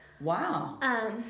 Wow